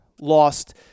lost